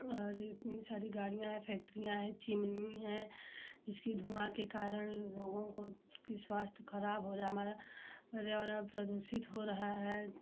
और इतनी सारी गाड़ियाँ हैं फैक्टरियाँ हैं चिमनी है जिसकी धुआँ के कारण लोगों को की स्वास्थ्य खराब हो रहा हमारा पर्यावरण प्रदूषित हो रहा है